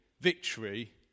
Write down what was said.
victory